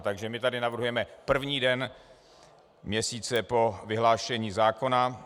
Takže my tady navrhujeme první den měsíce po vyhlášení zákona.